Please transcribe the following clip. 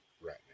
right